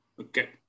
Okay